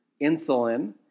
insulin